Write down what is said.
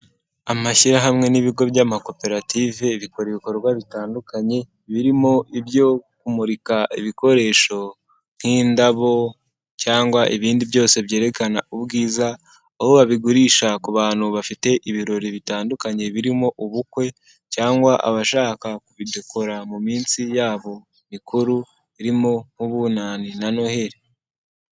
Amashyirahamwe n'ibigo by'amakoperative bikora ibikorwa bitandukanye birimo ibyo kumurika ibikoresho nk'indabo cyangwa ibindi byose byerekana ubwiza, aho babigurisha ku bantu bafite ibirori bitandukanye birimo ubukwe cyangwa abashaka kubidekora mu minsi yabo mikuru irimo nk'ubunani na noheli.